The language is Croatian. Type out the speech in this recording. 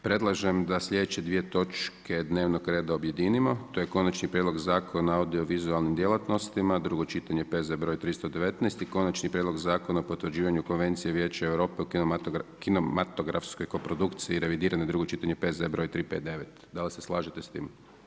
Predlažem da sljedeće dvije točke dnevnog reda objedinimo to je: - Konačni prijedlog Zakona o audiovizualni djelatnostima, drugo čitanje, P.Z. br. 319 i - Konačni prijedlog Zakona o potvrđivanju Konvencije Vijeće Europe o kinematografskoj koprodukciji (revidirane), drugo čitanje P.Z. br. 359 Da li se slažete s tim?